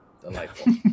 Delightful